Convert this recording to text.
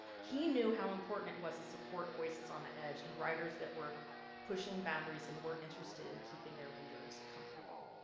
he knew how important it was to support voices on the edge and writers that were pushing boundaries and were interested in keeping their readers comfortable.